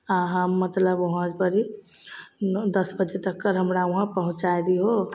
आओर हम मतलब ओहाँ पर ओ दस बजे तककर हमरा पहुँचै दिहो